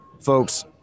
Folks